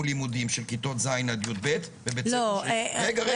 לימודים של כיתות ז' עד י"ב.." לא רגע,